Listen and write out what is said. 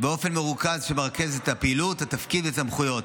באופן שמרכז את הפעילות, את התפקיד ואת הסמכויות.